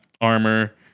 Armor